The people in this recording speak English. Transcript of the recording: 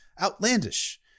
Outlandish